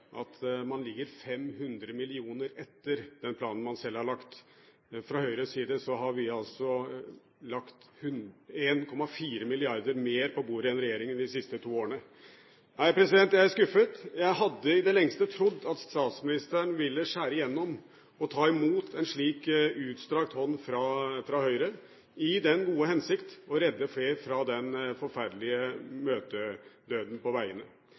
at man ligger 500 mill. kr etter den planen man selv har lagt. Fra Høyres side har vi lagt 1,4 mrd. kr mer på bordet enn regjeringen de siste to årene. Nei, jeg er skuffet! Jeg hadde i det lengste trodd at statsministeren ville skjære gjennom og ta imot en slik utstrakt hånd fra Høyre, i den gode hensikt å redde flere fra den forferdelige møtedøden på